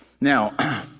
Now